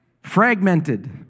fragmented